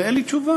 ואין לי תשובה,